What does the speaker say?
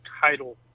Title